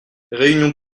réunion